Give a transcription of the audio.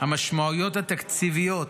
המשמעויות התקציביות